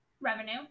revenue